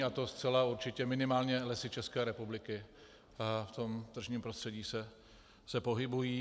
A to zcela určitě minimálně Lesy České republiky v tom tržním prostředí se pohybují.